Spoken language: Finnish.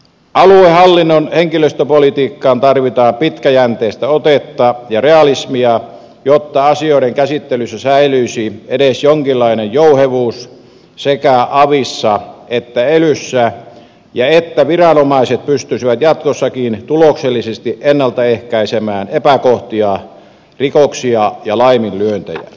aluehallinnon henkilöstöpolitiikkaan tarvitaan pintajänteistä otetta ja realismia jotta asioiden käsittelyssä säilyisi edes jonkinlainen jouhevuus sekä avissa että elyssä ja että viranomaiset pystyisivät jatkossakin tuloksellisesti ennaltaehkäisemään epäkohtia rikoksia ja laiminlyöntejä